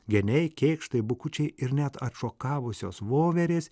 geniai kėkštai bukučiai ir net atšokavusios voverės